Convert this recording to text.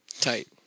tight